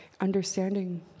understanding